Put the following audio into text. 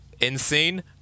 insane